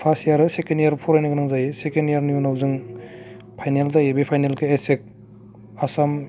first year second year फरायनो गोनां जायो सेकेण्ड इयारनि उनाव जों फाइनाल जायो बे फाइनालखौ एसेक आसाम